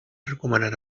recomanar